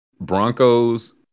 Broncos